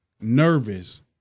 nervous